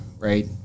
Right